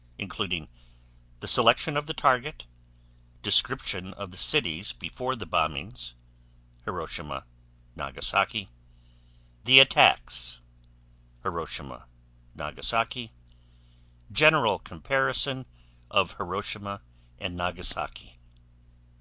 conclusions the selection of the target description of the cities before the bombings hiroshima nagasaki the attacks hiroshima nagasaki general comparison of hiroshima and nagasaki